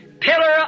pillar